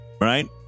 right